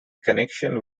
connection